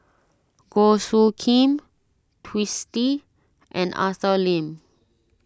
Goh Soo Khim Twisstii and Arthur Lim